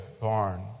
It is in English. barn